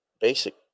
basic